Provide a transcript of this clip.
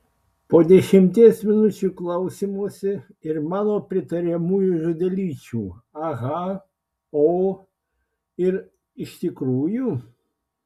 po dešimties minučių klausymosi ir mano pritariamųjų žodelyčių aha o ir iš tikrųjų